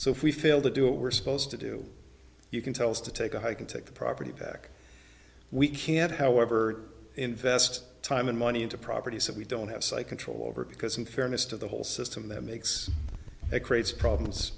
so if we fail to do it we're supposed to do you can tell us to take a hike and take the property back we can't however invest time and money into properties that we don't have site control over because in fairness to the whole system that makes it creates problems